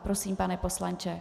Prosím, pane poslanče.